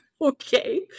okay